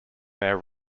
their